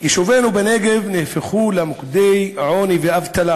יישובינו בנגב נהפכו למוקדי עוני ואבטלה